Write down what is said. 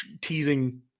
teasing